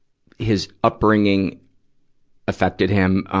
his upbringing affected him?